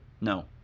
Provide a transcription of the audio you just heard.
No